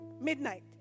midnight